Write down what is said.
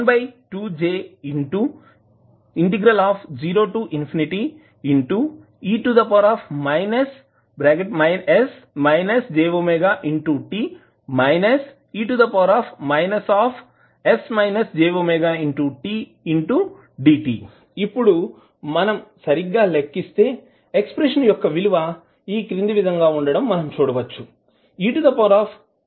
12j0e s jwt e sjwtdt ఇప్పుడు మనం సరిగ్గా లెక్కిస్తే ఎక్స్ప్రెషన్ యొక్క విలువ ఈ క్రింది విధంగా వుండటం మనం చూడవచ్చు